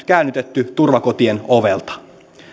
käännytetty turvakotien ovelta